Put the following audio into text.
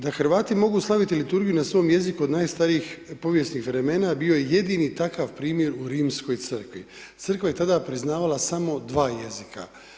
Da Hrvati mogu slaviti liturgiju na svom jeziku odnosno od najstarijih povijesnih vremena, bio je jedan takav primjer u Rimskoj crkvi, Crkva je tada priznavala samo 2 jezika.